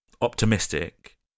Optimistic